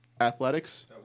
athletics